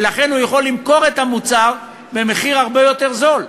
ולכן הוא יכול למכור את המוצר הרבה יותר בזול.